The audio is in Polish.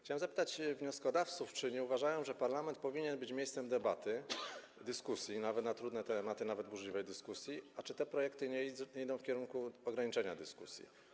Chciałem zapytać wnioskodawców, czy nie uważają, że parlament powinien być miejscem debaty, dyskusji nawet na trudne tematy, nawet burzliwej dyskusji, a czy te projekty nie idą w kierunku ograniczenia dyskusji.